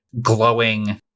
glowing